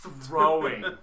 throwing